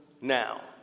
now